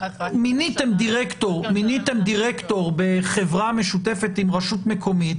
מיניתם דירקטור בחברה משותפת עם רשות מקומית,